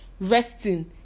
resting